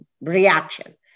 reaction